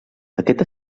aquest